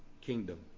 kingdom